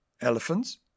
elephants